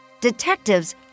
detectives